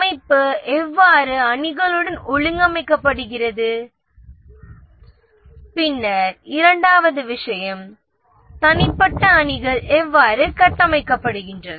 அமைப்பு எவ்வாறு அணிகளுடன் ஒழுங்கமைக்கப்படுகிறது பின்னர் இரண்டாவது விஷயம் தனிப்பட்ட அணிகள் எவ்வாறு கட்டமைக்கப்படுகின்றன